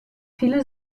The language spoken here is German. viele